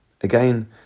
Again